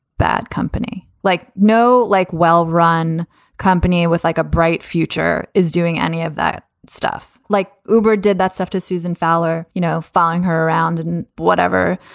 bad company like no, like well-run company with like a bright future is doing any of that stuff like uber did. that's after susan fowler, you know, flying her around and whatever.